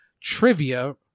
trivia